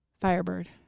Firebird